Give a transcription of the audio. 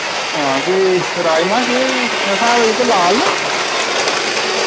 हां कोई राइमा केह् स्हाब जेह्के लाल न